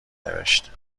نوشت